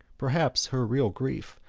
perhaps her real grief,